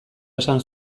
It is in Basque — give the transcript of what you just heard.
esan